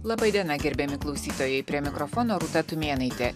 laba diena gerbiami klausytojai prie mikrofono rūta tumėnaitė